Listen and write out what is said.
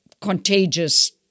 contagious